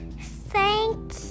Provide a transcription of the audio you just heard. Thank